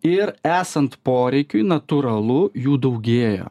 ir esant poreikiui natūralu jų daugėjo